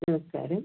നമസ്കാരം